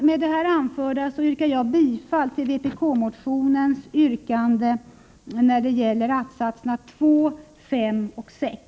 Med det anförda yrkar jag bifall till yrkandena 2, 5 och 6 i vpk-motion 1983/84:1025.